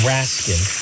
Raskin